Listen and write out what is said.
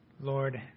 Lord